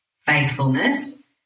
faithfulness